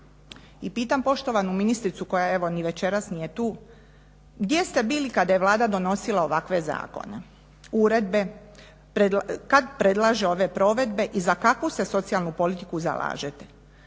I pitam poštovanu ministricu koja evo ni večeras nije tu, gdje ste bili kada je Vlada donosila ovakve zakone, uredbe, kad predlaže ove provedbe i za kakvu se socijalnu politiku zalažete.